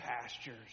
pastures